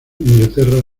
inglaterra